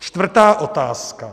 Čtvrtá otázka.